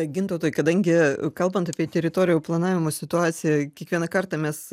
gintautai kadangi kalbant apie teritorijų planavimo situaciją kiekvieną kartą mes